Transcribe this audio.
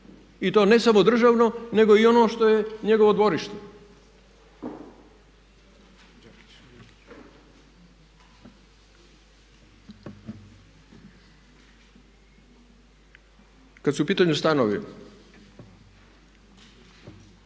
i to ne samo državno nego i ono što je njegovo dvorište? Kada su u pitanju stanovi,